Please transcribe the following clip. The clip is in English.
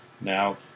Now